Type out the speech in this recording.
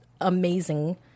amazing